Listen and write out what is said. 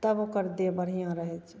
तब ओकर देह बढ़िआँ रहै छै